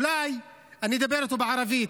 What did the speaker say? אולי אני אדבר איתו בערבית.